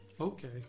Okay